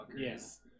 Yes